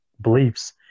beliefs